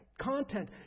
content